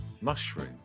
Mushroom